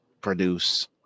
produce